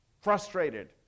frustrated